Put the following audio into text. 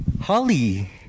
holly